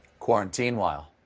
quarantine-while,